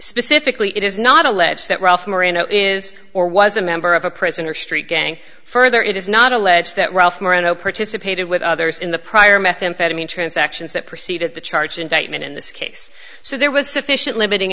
specifically it is not alleged that ralph moreno is or was a member of a prisoner street gang further it is not alleged that ralph moreno participated with others in the prior methamphetamine transactions that preceded the charge indictment in this case so there was sufficient limiting